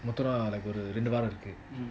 ஒரு ரெண்டு வாரம் இருக்கு:oru rendu vaaram iruku